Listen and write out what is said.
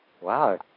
Wow